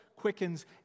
quickens